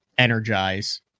energize